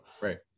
Right